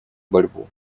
борьбу